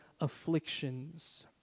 afflictions